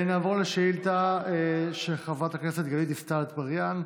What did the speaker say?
נעבור לשאילתה של חברת הכנסת גלית דיסטל אטבריאן,